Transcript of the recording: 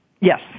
Yes